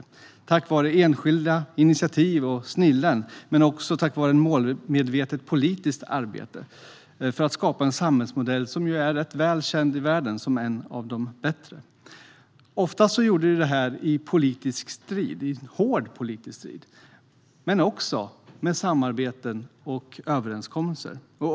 Det skedde tack vare enskilda initiativ och snillen men också tack vare ett målmedvetet politiskt arbete för att skapa en samhällsmodell som är rätt väl känd i världen som en av de bättre. Oftast gjordes det i hård politisk strid, men också med samarbeten och överenskommelser.